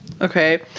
Okay